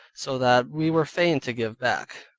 so that we were fain to give back.